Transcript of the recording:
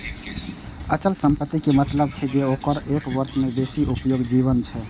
अचल संपत्ति के मतलब छै जे ओकर एक वर्ष सं बेसी उपयोगी जीवन छै